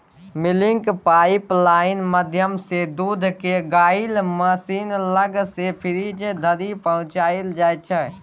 milking pipeline माध्यमसँ दुध केँ गाए महीस लग सँ फ्रीज धरि पहुँचाएल जाइ छै